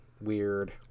Weird